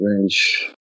range